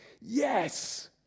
yes